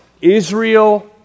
Israel